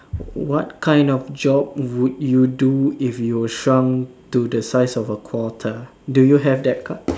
what kind of job would you do if you shrunk to a size of a quarter do you have that card